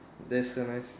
that's so nice